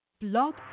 Blog